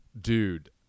dude